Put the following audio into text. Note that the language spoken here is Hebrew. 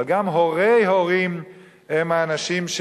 אבל גם הורי הורים הם האנשים,